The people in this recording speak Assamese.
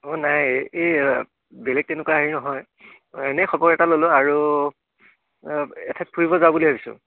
অঁ নাই এই বেলেগ তেনেকুৱা হেৰি নহয় এনেই খবৰ এটা ল'লোঁ আৰু এঠাইত ফুৰিব যাওঁ বুলি ভাবিছোঁ